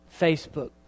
Facebook